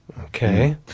Okay